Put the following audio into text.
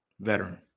veteran